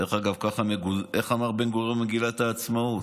איך אמר בן-גוריון במגילת העצמאות?